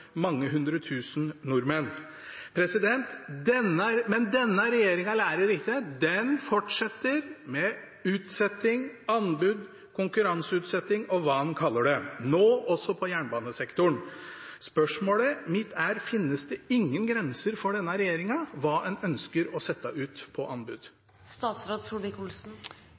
mange hundre tusen nordmenn har ligget offentlig tilgjengelig i utlandet. Men denne regjeringen lærer ikke. Den fortsetter med utsetting, anbud, konkurranseutsetting og hva en kaller det, nå også for jernbanesektoren. Spørsmålet mitt er: Finnes det ingen grenser for hva denne regjeringen ønsker å sette ut på